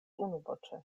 unuvoĉe